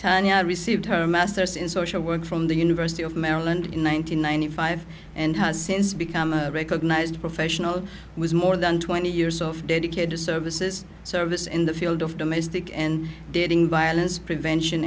tonya received her master's in social work from the university of maryland in one in ninety five and has since become a recognized professional was more than twenty years of dedicated to services service in the field of domestic and getting violence prevention